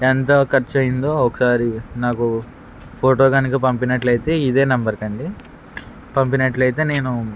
ఎంత ఖర్చు అయిందో ఒకసారి నాకు ఫోటో కనుక పంపినట్లయితే ఇదే నెంబర్కు అండి పంపినట్లయితే నేను